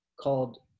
called